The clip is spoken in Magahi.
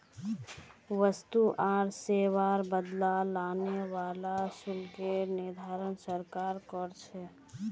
वस्तु आर सेवार बदला लगने वाला शुल्केर निर्धारण सरकार कर छेक